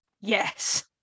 Yes